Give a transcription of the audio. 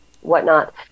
whatnot